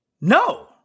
No